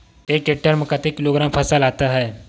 एक टेक्टर में कतेक किलोग्राम फसल आता है?